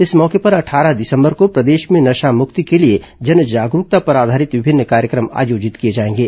इस मौके पर अट्ठारह दिसंबर को प्रदेश में नशा मुक्ति के लिए जन जागरूकता पर आधारित विभिन्न कार्यक्रम आयोजित किए जाएंगे